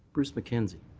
bruce mackenzie.